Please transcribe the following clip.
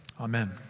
Amen